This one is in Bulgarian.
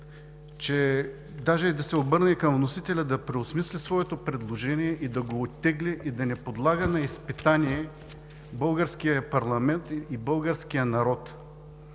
даже да се обърна към вносителя да преосмисли своето предложение и да го оттегли, да не подлага на изпитание българския парламент и българския народ.